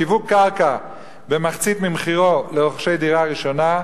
שיווק קרקע במחצית ממחירה לרוכשי דירה ראשונה,